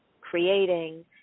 creating